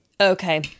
Okay